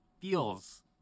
feels